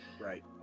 Right